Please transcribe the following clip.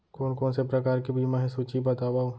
कोन कोन से प्रकार के बीमा हे सूची बतावव?